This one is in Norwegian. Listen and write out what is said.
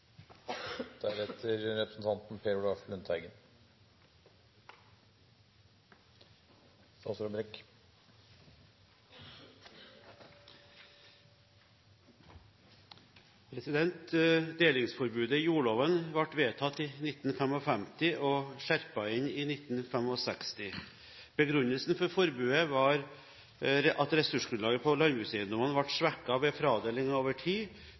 Delingsforbudet i jordloven ble vedtatt i 1955 og skjerpet inn i 1965. Begrunnelsen for forbudet var at ressursgrunnlaget for landbrukseiendommene ble svekket ved fradeling over tid,